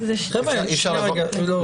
הוא כמעט היה בוקר ישיבה שחורה.